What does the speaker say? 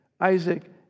Isaac